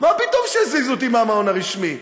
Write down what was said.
מה פתאום שיזיזו אותי מהמעון הרשמי?